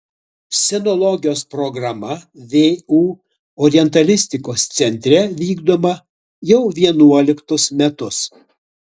sinologijos programa vu orientalistikos centre vykdoma jau vienuoliktus metus